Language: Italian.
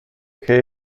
che